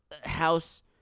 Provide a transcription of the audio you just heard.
house